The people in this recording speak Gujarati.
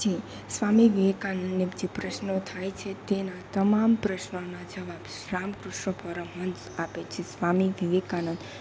જે સ્વામી વિવેકાનંદને જે પ્રશ્નો થાય છે તેના તમામ પ્રશ્નોના જવાબ રામકૃષ્ણ પરમહંસ આપે છે સ્વામી વિવેકાનંદ